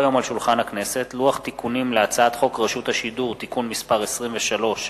לוח תיקונים להצעת חוק רשות השידור (תיקון מס' 23),